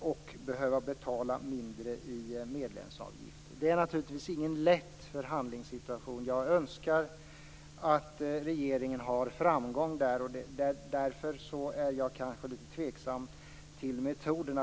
och för att behöva betala lägre medlemsavgift. Det är naturligtvis ingen lätt förhandlingssituation. Jag önskar att regeringen har framgång där. Därför är jag kanske lite tveksam till metoderna.